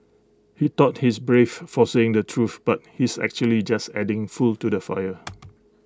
he thought he's brave for saying the truth but he's actually just adding fuel to the fire